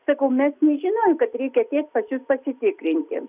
sakau mes nežinojom kad reikia ateit pas jus pasitikrinti